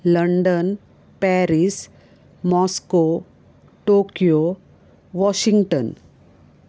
London Paris Moscow Tokyo Washington